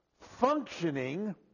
functioning